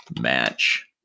match